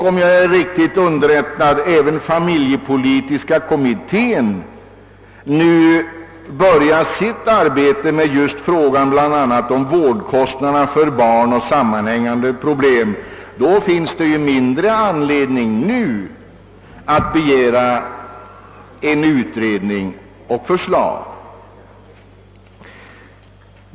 Om jag är riktigt underrättad kommer vidare familjepolitiska kommittén nu att börja sitt arbete med frågan om bl.a. vårdkostnaderna för barn och därmed sammanhängande problem. Det finns därför ännu mindre anledning att nu begära en särskild utredning och förslag om detta.